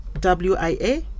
W-I-A